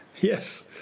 Yes